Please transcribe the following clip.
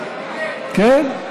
כן.